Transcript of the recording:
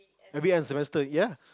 every end of semester ya